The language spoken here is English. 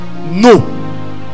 no